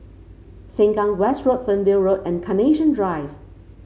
Sengkang West Road Fernvale Road and Carnation Drive